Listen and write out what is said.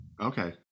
Okay